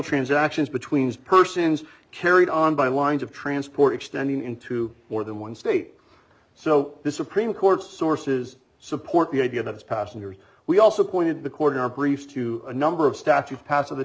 transactions between persons carried on by lines of transport extending into more than one state so the supreme court's sources support the idea that as passengers we also pointed the court in our briefs to a number of statute passed of the